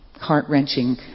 heart-wrenching